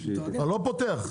אני לא פותח.